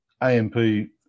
AMP